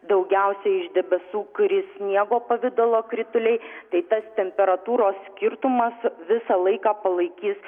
daugiausiai iš debesų kris sniego pavidalo krituliai tai tas temperatūros skirtumas visą laiką palaikys